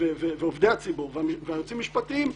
עובדי הציבור והיועצים המשפטיים,